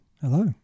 hello